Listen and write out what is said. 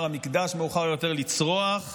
מאוחר יותר חצר המקדש, לצרוח?